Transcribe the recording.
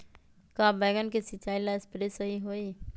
का बैगन के सिचाई ला सप्रे सही होई?